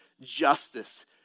justice